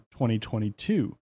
2022